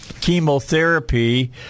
chemotherapy